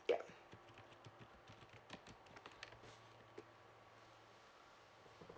ya